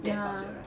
that budget right